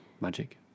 Magic